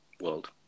world